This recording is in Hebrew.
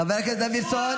חבריי חברי הכנסת,